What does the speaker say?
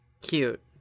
cute